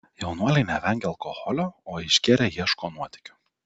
jaunuoliai nevengia alkoholio o išgėrę ieško nuotykių